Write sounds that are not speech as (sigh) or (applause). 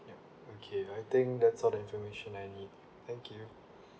yup okay I think that's all the information I need thank you (breath)